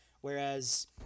whereas